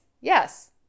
Yes